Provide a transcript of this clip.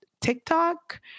tiktok